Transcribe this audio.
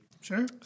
Sure